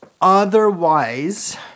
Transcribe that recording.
Otherwise